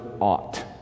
ought